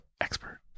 expert